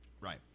Right